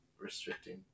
restricting